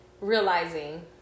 realizing